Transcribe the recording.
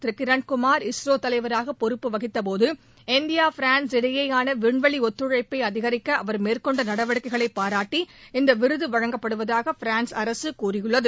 திரு Kirankumar ISRO தலைவராக பொறுப்பு வகித்தபோது இந்தியா ஃபிரான்ஸ் இடையேயான விண்வெளி ஒத்துழைப்பை அதிகரிக்க அவர் மேற்கொண்ட நடவடிக்கைகளை பாராட்டி இந்த விருது வழங்கப்படுவதாக ஃபிரான்ஸ் அரசு கூறியுள்ளது